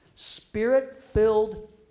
Spirit-filled